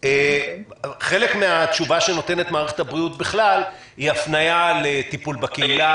חלק מן התשובה שנותנת מערכת הבריאות בכלל היא הפניה לטיפול בקהילה,